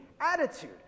attitude